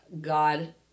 God